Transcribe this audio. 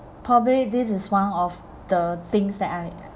probably this is one of the things that I